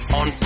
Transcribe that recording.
on